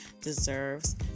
deserves